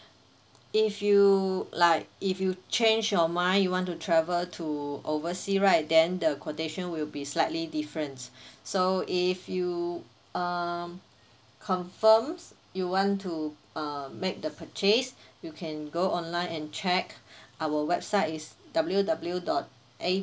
if you like if you change your mind you want to travel to oversea right then the quotation will be slightly different so if you um confirms you want to uh make the purchase you can go online and check our website is W W dot A